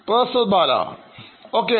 പ്രൊഫസർബാലOK